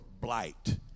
blight